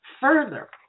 further